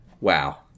Wow